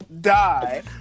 Die